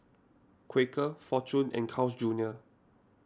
Quaker fortune and Carl's Junior